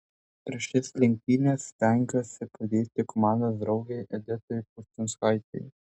per šias lenktynes stengsiuosi padėti komandos draugei editai pučinskaitei